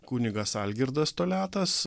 kunigas algirdas toliatas